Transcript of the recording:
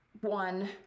one